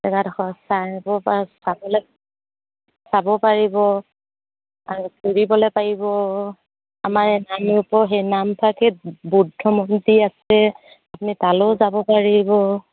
জেগাডোখৰ চাব প চাবলৈ চাব পাৰিব আৰু ফুৰিবলৈ পাৰিব আমাৰ এই নামৰূপৰ সেই নামফাকেত বৌদ্ধ মন্দিৰ আছে আপুনি তালৈও যাব পাৰিব